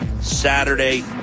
Saturday